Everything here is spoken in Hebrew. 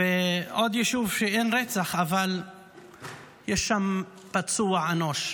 ועוד יישוב, שאין בו רצח אבל יש שם פצוע אנוש.